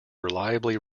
reliably